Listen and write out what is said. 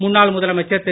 முன்னாள் முதலமைச்சர் திரு